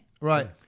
right